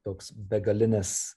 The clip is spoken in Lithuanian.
toks begalinis